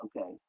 okay